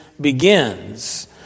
begins